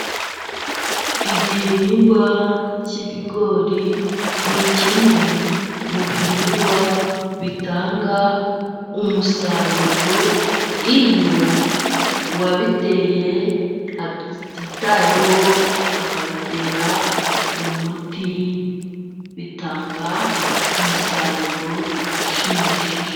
Igihingwa k'ibigori ni kimwe mu bihingwa bitanga umusaruro， iyo uwabiteye abyitayeho， akabitera umuti，bitanga umusaruro ushimishije.